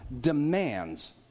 demands